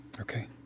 Okay